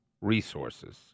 resources